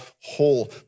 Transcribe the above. whole